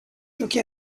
giochi